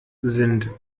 sind